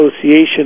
association